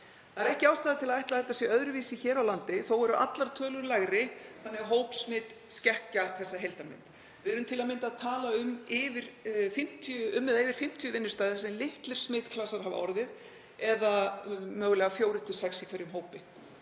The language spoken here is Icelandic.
Það er ekki ástæða til að ætla að þetta sé öðruvísi hér á landi, en þó eru allar tölur lægri þannig að hópsmit skekkja þessa heildarmynd. Við erum til að mynda að tala um um eða yfir 50 vinnustaði þar sem litlir smitklasar hafa orðið eða mögulega fjórir